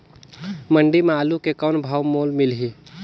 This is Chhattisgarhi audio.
मंडी म आलू के कौन भाव मोल मिलही?